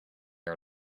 are